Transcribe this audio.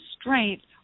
strength